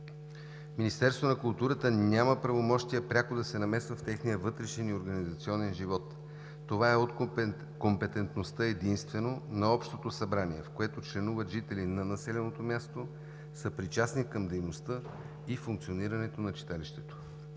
Министерството на културата няма правомощия пряко да се намесва в техния вътрешен и организационен живот. Това е от компетентността единствено на общото събрание, в което членуват жители на населеното място, съпричастни към дейността и функционирането на читалището.